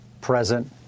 present